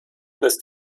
ist